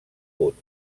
punt